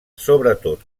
sobretot